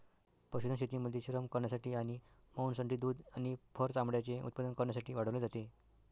पशुधन शेतीमध्ये श्रम करण्यासाठी आणि मांस, अंडी, दूध आणि फर चामड्याचे उत्पादन करण्यासाठी वाढवले जाते